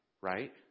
right